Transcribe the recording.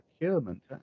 procurement